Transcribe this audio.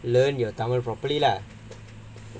learn your tamil properly lah